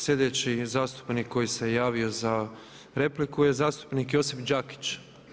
Sljedeći zastupnik koji se javio za repliku je zastupnik Josip Đakić.